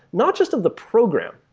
not just of the program.